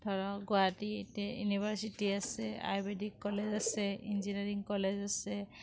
ধৰক গুৱাহাটী ইতে ইউনিভাৰ্ছিটি আছে আয়ুৰ্বেদিক কলেজ আছে ইঞ্জিনিয়াৰিং কলেজ আছে